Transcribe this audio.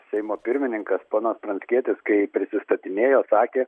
seimo pirmininkas ponas pranckietis kai prisistatinėjo sakė